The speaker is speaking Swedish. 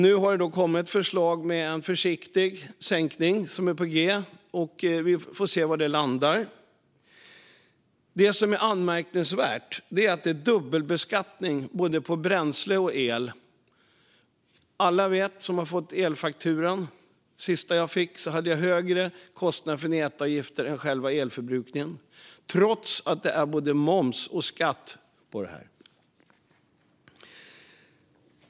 Nu har det kommit förslag om en försiktig sänkning, och vi får se var det landar. Det som är anmärkningsvärt är att det är dubbelbeskattning på både bränsle och el. Alla som har fått sin elfaktura vet detta. På den senaste faktura jag fick var kostnaden för nätavgifter högre än kostnaden för själva elförbrukningen trots att det är både moms och skatt på den.